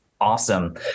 Awesome